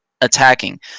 attacking